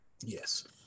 Yes